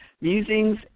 musings